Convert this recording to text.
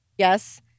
Yes